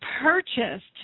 purchased